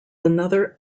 another